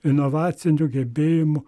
inovacinių gebėjimų